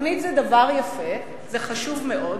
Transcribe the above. תוכנית זה דבר יפה, זה חשוב מאוד.